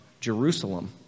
Jerusalem